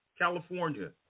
California